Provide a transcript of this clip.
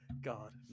God